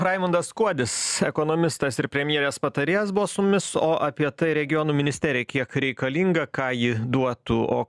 raimundas kuodis ekonomistas ir premjerės patarėjas buvo su mumis o apie tai regionų ministerija kiek reikalinga ką ji duotų o